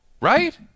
Right